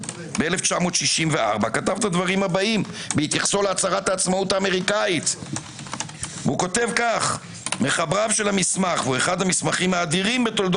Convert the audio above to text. אני רוצה להתייחס להצעה הקונקרטית היום של ההצעה לפועל.